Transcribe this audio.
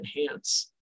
enhance